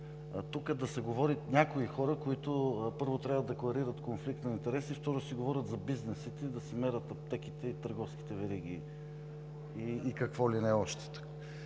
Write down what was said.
тук да се говори от някои хора, които, първо, трябва да декларират конфликт на интереси, и, второ да си говорят за бизнесите, да си мерят аптеките и търговските вериги, и какво ли не още.